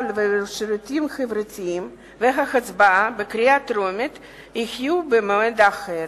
והשירותים החברתיים וההצבעה בקריאה טרומית יהיו במועד אחר,